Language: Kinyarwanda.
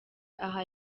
aha